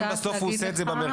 אם בסוף הוא עושה את זה במרכז?